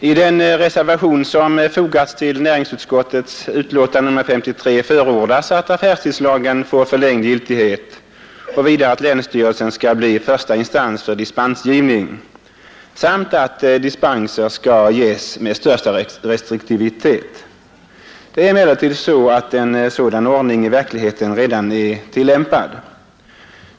I den reservation som har fogats till näringsutskottets betänkande nr 53 förordas att affärstidslagen får förlängd giltighet, att länsstyrelserna skall bli första instans för dispensgivning samt att dispenser skall ges med största restriktivitet. En sådan ordning är emellertid i verkligheten redan tillämpad.